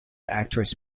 actress